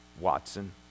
Watson